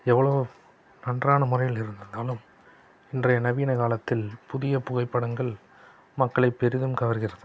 எவ்வளோ நன்றான முறையில் இருந்திருந்தாலும் இன்றைய நவீன காலத்தில் புதியப் புகைப்படங்கள் மக்களை பெரிதும் கவர்கிறது